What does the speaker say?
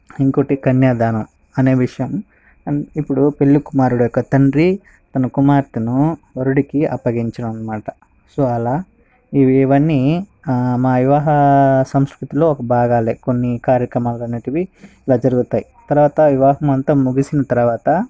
ఇంకొకటి కన్యాదానం అనే విషయం ఇప్పుడు పెళ్ళి కుమారుడు యొక్క తండ్రి తన కుమార్తెను వరుడికి అప్పగించడం అన్నమాట సో అలా ఇవి అన్నీ మా వివాహ సంస్కృతిలో ఒక భాగాలే కొన్ని కార్యక్రమాలు అనేవి ఇలా జరుగుతాయి తర్వాత వివాహమంతా ముగిసిన తర్వాత